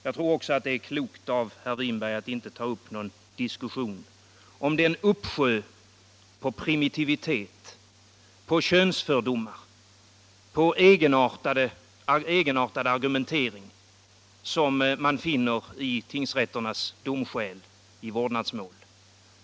Jag tror också att det är klokt av herr Winberg att inte ta upp till diskussion den uppsjö av primitivitet, könsfördomar och egenartade argumenteringar som man finner i tingsrätternas domskäl i vårdnadsmål.